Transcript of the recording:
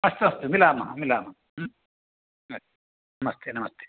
अस्तु अस्तु मिलामः मिलामः अस्तु नमस्ते नमस्ते